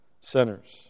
sinners